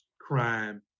crime